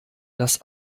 das